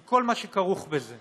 עם כל מה שכרוך בזה,